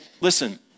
listen